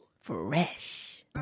Fresh